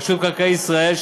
רשות מקרקעי ישראל,